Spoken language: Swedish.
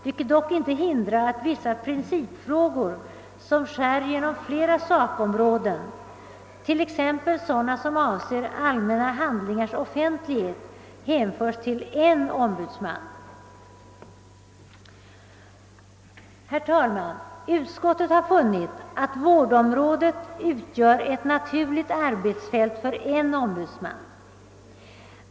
vilket dock inte hindrar att vissa principfrågor, som skär genom flera sakområden, t.ex. sådana som avser allmänna handlingars offentlighet, hänförs till en ombudsman. Utskottet har funnit att vårdområdet utgör ett naturligt arbetsfält för en ombudsman.